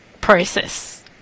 process